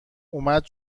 اومد